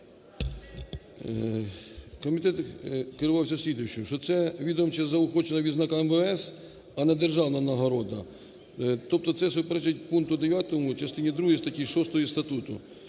Комітет керувавсяслідуючим, що це відомче заохочення, відзнака МВС, а не державна нагорода. Тобто це суперечить пункту 9 частині другій статті 6 статуту.